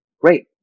Great